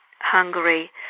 Hungary